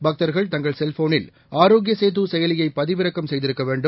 பக்தர்கள் தங்கள் செல்போனில் ஆரோக்கிய சேது செயலியை பதிவிறக்கம் செய்திருக்க வேண்டும்